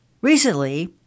Recently